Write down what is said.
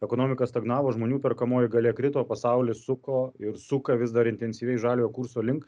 ekonomika stagnavo žmonių perkamoji galia krito pasaulis suko ir suka vis dar intensyviai žaliojo kurso link